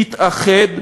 תתאחד,